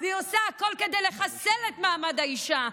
והיא עושה הכול כדי לחסל את מעמד האישה.